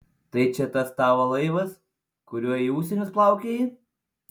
tai čia tas tavo laivas kuriuo į užsienius plaukioji